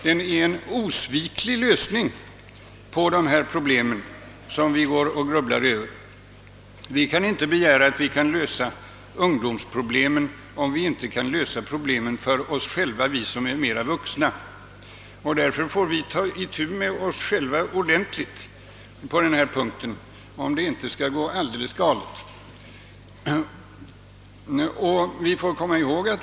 Den är en osviklig lösning på de problem som vi grubblar över. Vi som är vuxna kan inte lösa ungdomsproblemen, om vi inte kan lösa problemen för oss själva. Därför måste vi ta itu med oss själva först, om det inte skall gå alldeles galet.